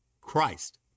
Christ